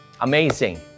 Amazing